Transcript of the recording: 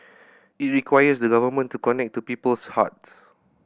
it requires the Government to connect to people's hearts